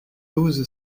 douze